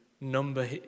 number